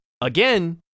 again